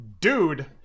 Dude